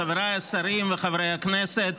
חבריי השרים וחברי הכנסת.